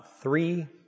three